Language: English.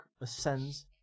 ascends